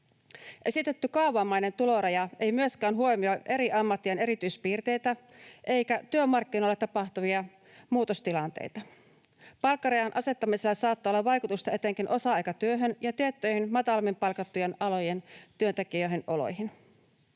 Esitetty kaavamainen tuloraja ei myöskään huomioi eri ammattien erityispiirteitä eikä työmarkkinoilla tapahtuvia muutostilanteita. Palkkarajan asettamisella saattaa olla vaikutusta etenkin osa-aikatyöhön ja tiettyjen matalammin palkattujen alojen työntekijöiden oloihin.